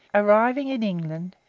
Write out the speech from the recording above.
arriving in england,